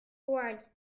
white